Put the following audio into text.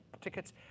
tickets